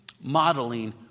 modeling